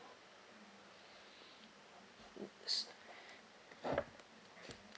uh